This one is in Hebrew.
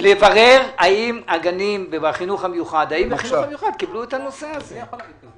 תברר האם הגנים בחינוך המיוחד קיבלו את הנושא הזה.